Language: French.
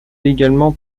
également